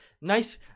Nice